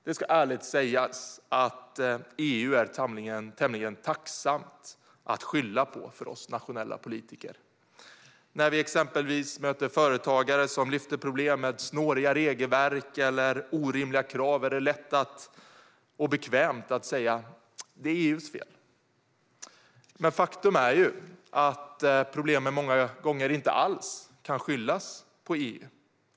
Det ska ärligt sägas att EU är tämligen tacksamt att skylla på för oss nationella politiker. När vi exempelvis möter företagare som lyfter problem med snåriga regelverk och orimliga krav är det lätt och bekvämt att säga att det är EU:s fel. Faktum är dock att problemen många gånger inte alls kan skyllas på EU.